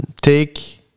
Take